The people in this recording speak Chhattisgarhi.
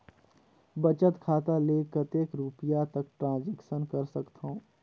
बचत खाता ले कतेक रुपिया तक ट्रांजेक्शन कर सकथव?